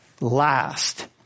last